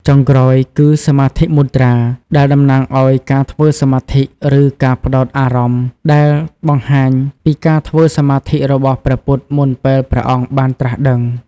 ចុងក្រោយគឺ សមាធិមុទ្រា ដែលតំណាងឱ្យការធ្វើសមាធិ ឬ ការផ្ដោតអារម្មណ៍ ដែលបង្ហាញពីការធ្វើសមាធិរបស់ព្រះពុទ្ធមុនពេលព្រះអង្គបានត្រាស់ដឹង។